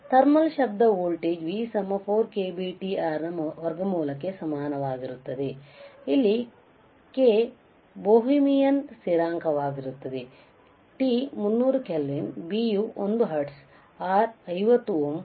thermal ಶಬ್ಧ voltage V 4 k B T R ನ ವರ್ಗಮೂಲಕ್ಕೆ ಸಮನಾಗಿರುತ್ತದೆ ಇಲ್ಲಿ k ಬೋಹೀಮಿಯನ್ಸ್ಥಿರಾಂಕವಾಗಿರುತ್ತದೆ T 300 ಕೆಲ್ವಿನ್ B ಯು 1 ಹರ್ಟ್ಜ್ R 50 ಓಮ್